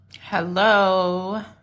Hello